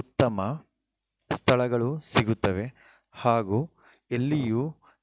ಉತ್ತಮ ಸ್ಥಳಗಳು ಸಿಗುತ್ತವೆ ಹಾಗೂ ಎಲ್ಲಿಯೂ